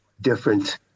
different